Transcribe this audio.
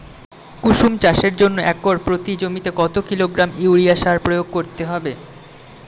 কুসুম চাষের জন্য একর প্রতি জমিতে কত কিলোগ্রাম ইউরিয়া সার প্রয়োগ করতে হবে?